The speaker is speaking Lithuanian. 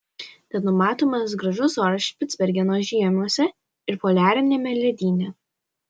tad numatomas gražus oras špicbergeno žiemiuose ir poliariniame ledyne